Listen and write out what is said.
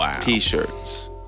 T-shirts